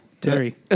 Terry